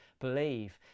believe